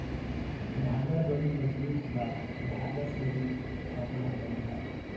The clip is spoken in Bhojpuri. धागा बड़ी मजबूत बा धागा से ही कपड़ा बनेला